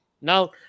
Now